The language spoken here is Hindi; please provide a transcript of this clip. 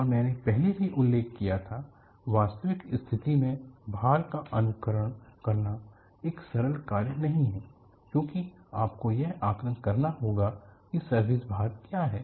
और मैंने पहले भी उल्लेख किया था वास्तविक स्थिति में भार का अनुकरण करना एक सरल कार्य नहीं है क्योंकि आपको यह आकलन करना होगा कि सर्विस भार क्या हैं